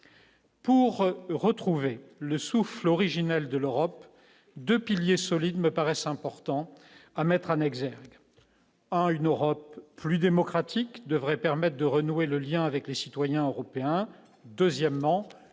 pour retrouver le souffle originel de l'Europe, 2 piliers solides me paraissent important à mettre en exergue à une Europe plus démocratique devrait permette de renouer le lien avec les citoyens européens, deuxièmement,